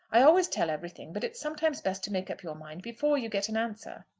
i always tell everything but it's sometimes best to make up your mind before you get an answer.